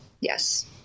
yes